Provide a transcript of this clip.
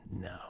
no